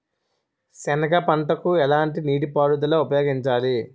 సెనగ పంటకు ఎలాంటి నీటిపారుదల ఉపయోగించాలి?